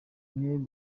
nelly